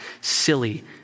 silly